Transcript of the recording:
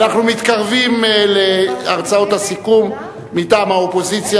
אנחנו מתקרבים להרצאות הסיכום מטעם האופוזיציה,